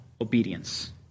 Obedience